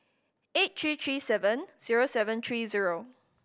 eight three three seven zero seven three zero